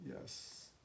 Yes